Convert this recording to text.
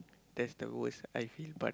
that's the worst I feel but